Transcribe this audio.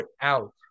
out